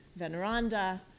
Veneranda